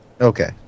Okay